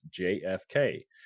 JFK